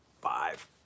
five